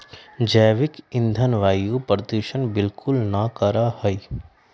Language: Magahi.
जैविक ईंधन वायु प्रदूषण बिलकुल ना करा हई